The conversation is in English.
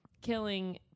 killing